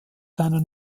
seiner